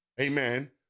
amen